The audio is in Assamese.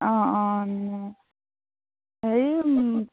অঁ অঁ হেৰি